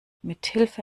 mithilfe